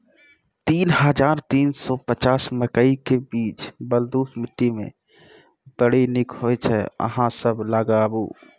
तीन हज़ार तीन सौ पचपन मकई के बीज बलधुस मिट्टी मे बड़ी निक होई छै अहाँ सब लगाबु?